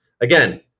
Again